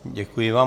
Děkuji vám.